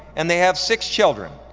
and they have six children,